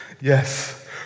Yes